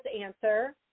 answer